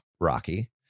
rocky